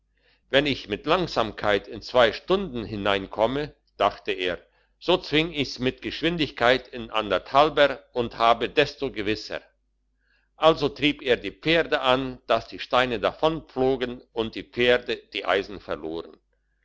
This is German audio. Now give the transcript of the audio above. wenn ich mit langsamkeit in zwei stunden hineinkomme dachte er so zwing ich's mit geschwindigkeit in anderthalber und hab's desto gewisser also trieb er die pferde an dass die steine davonflogen und die pferde die eisen verloren